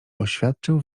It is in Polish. oświadczył